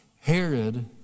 Herod